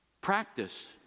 practice